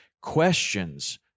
questions